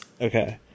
okay